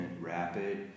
rapid